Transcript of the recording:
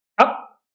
Up